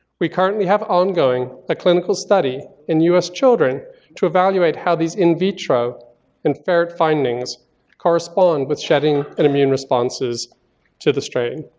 we currently have ongoing a clinical study in us children to evaluate how these in vitro in ferret findings correspond with shedding of immune responses to the strain.